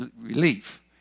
relief